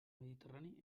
mediterrani